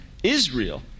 Israel